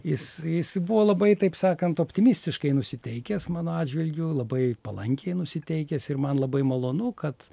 jis jis buvo labai taip sakant optimistiškai nusiteikęs mano atžvilgiu labai palankiai nusiteikęs ir man labai malonu kad